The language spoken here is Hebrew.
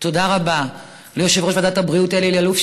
ותודה רבה ליושב-ראש ועדת הבריאות אלי אלאלוף,